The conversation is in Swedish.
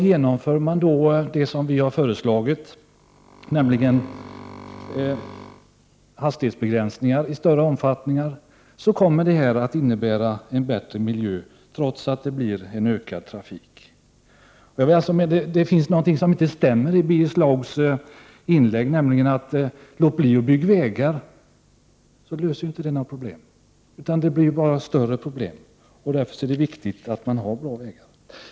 Genomför man då vad vi har föreslagit, nämligen hastighetsbegränsningar i större omfattning, så kommer det att innebära bättre miljö trots att det blir ökad trafik. Det finns någonting som inte stämmer i Birger Schlaugs inlägg. Om man låter bli att bygga vägar, så löser man inte därmed några problem, utan det blir ju bara större problem. Därför är det viktigt att man har bra vägar.